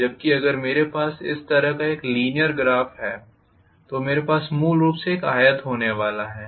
जबकि अगर मेरे पास इस तरह का एक लीनीयर ग्राफ है तो मेरे पास मूल रूप से एक आयत होने वाला है